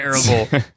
terrible